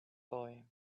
boy